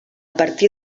partir